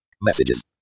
Messages